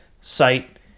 site